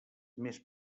més